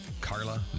carla